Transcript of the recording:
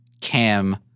Cam